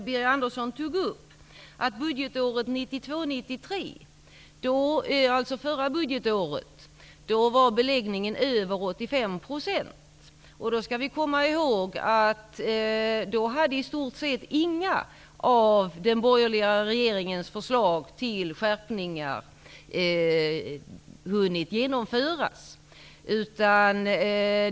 Birger Andersson påpekade att beläggningen budgetåret 1992/93 var över 85 %. I det sammanhanget skall man komma ihåg att då hade i stort sett inga av den borgerliga regeringens förslag till skärpningar hunnit genomföras.